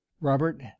robert